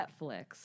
Netflix